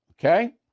Okay